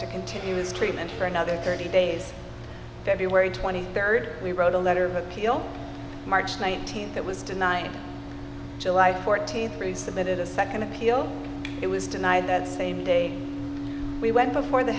to continue his treatment for another thirty days february twenty third we wrote a letter of appeal march nineteenth that was denying july fourteenth resubmitted a second appeal it was denied that same day we went before the